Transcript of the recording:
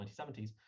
1970s